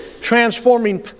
transforming